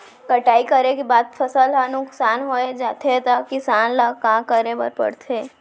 कटाई करे के बाद फसल ह नुकसान हो जाथे त किसान ल का करे बर पढ़थे?